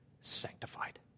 sanctified